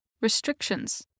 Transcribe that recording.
restrictions